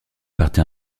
partie